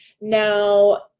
Now